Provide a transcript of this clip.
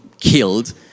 killed